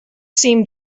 seemed